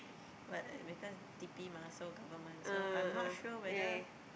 but because T_P mah so government so I'm not sure whether